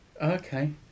Okay